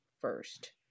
first